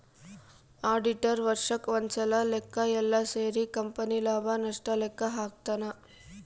auditor ವರ್ಷಕ್ ಒಂದ್ಸಲ ಲೆಕ್ಕ ಯೆಲ್ಲ ಸೇರಿ ಕಂಪನಿ ಲಾಭ ನಷ್ಟ ಲೆಕ್ಕ ಹಾಕ್ತಾನ